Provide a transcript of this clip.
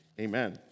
Amen